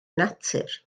natur